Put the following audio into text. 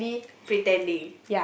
pretending